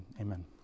Amen